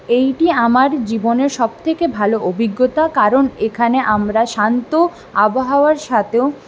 এইটি আমার জীবনে সবথেকে ভালো অভিজ্ঞতা কারণ এখানে আমরা শান্ত আবহাওয়ার সাথেও